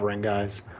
guys